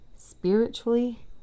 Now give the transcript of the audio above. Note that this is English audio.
spiritually